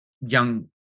young